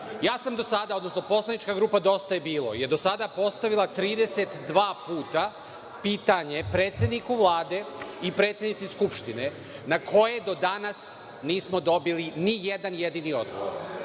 Do sada sam, odnosno poslanička grupa DJB je do sada postavila 32 puta pitanje predsedniku Vlade i predsedniku Skupštine na koje do danas nismo dobili ni jedan jedini odgovor.